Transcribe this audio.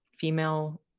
female